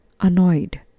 annoyed